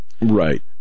Right